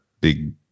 big